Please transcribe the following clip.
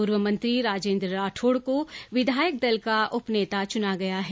पूर्व मंत्री राजेन्द्र राठौड़ को विधायक दल का उपनेता चुना गया है